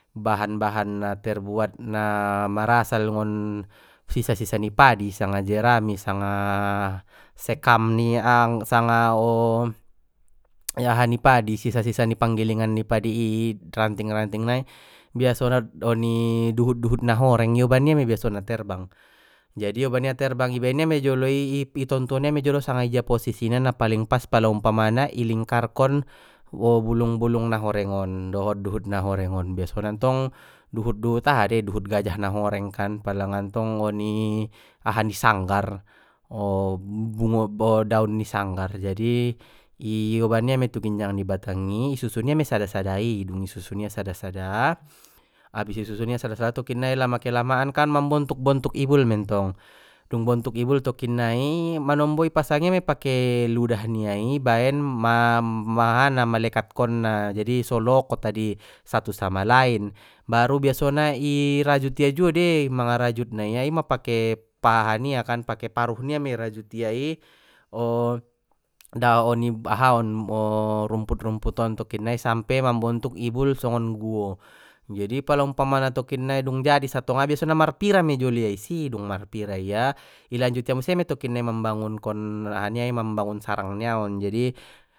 Bahan bahan na terbuat na marasal ngon sisa ni padi sanga jerami sanga sekam sanga aha ni padi sisa sisa ni panggilingan ni padi i ranting ranting nai biasona dot oni duhut duhut na horeng ioban ia mei biasona terbang jadi ioban ia terbang i baen ia me jolo i, i tontuon ia mei jolo sanga ijia posisi na paling pas pala umpamana i lingkarkon bulung bulung na horeng on dohot duhut na horeng on biasona ntong duhut duhut aha dei duhut gajah na horeng kan pala ngantong oni aha ni sanggar daun ni sanggar jadi ioban ia mei tu ginjang ni batang i i susun ia mei sada sada i, i susun ia sada sada tokinnai lama kelamaan mambontuk-bontuk ibul mentong dung bontuk ibul tokinnai manombo ipasang ia mei pake ludah nia i baen ma-ma-malekatkonna jadi so lokot adi satu sama lain baru biasona i rajut ia juo dei manga marajutna ia ima pake pake paruh nia mei i rajut ia i aha on rumput rumput on tokinnai sampe mambontuk ibul songon guo jadi pala umpamana tokinnai dung jadi satonga marpira mei jolo ia isi dung marpira ia i lanjut ia muse mei tokinnai mambangunkon aha nia i mambangun sarang nia on jadi.